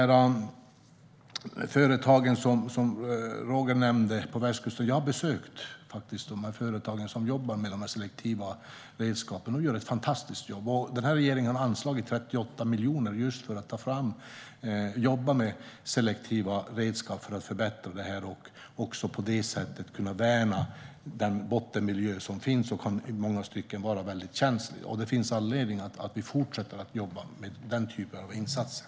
Roland nämnde företag på västkusten. Jag har faktiskt besökt de företag som jobbar med dessa selektiva redskap. De gör ett fantastiskt jobb. Denna regering har anslagit 38 miljoner just för att man ska jobba med selektiva redskap för att förbättra det här. På det sättet kan man också värna bottenmiljön, som i många stycken kan vara väldigt känslig. Det finns anledning för oss att fortsätta att jobba med den typen av insatser.